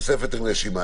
תוספת עם רשימה.